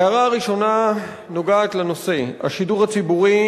ההערה הראשונה נוגעת לנושא: השידור הציבורי